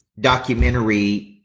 documentary